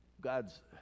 god's